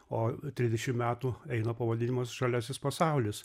o trisdešim metų eina pavadinimas žaliasis pasaulis